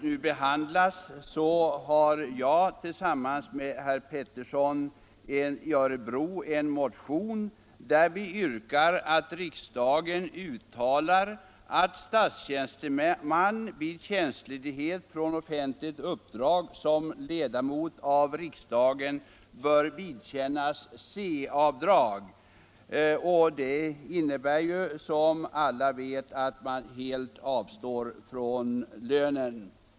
Jag har tillsammans med herr Pettersson i Örebro väckt en motion, där vi yrkar att riksdagen uttalar att statstjänsteman vid tjänstledighet för offentligt uppdrag som ledamot av riksdagen bör vidkännas C-avdrag. Det innebär, som alla vet, att man helt avstår från lönen.